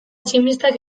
tximistak